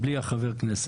בלי החבר כנסת.